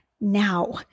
now